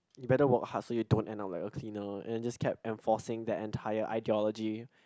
you better work hard so you don't end up like a cleaner and just kept enforcing the entire ideology